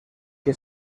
que